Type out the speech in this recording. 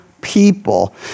people